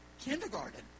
kindergarten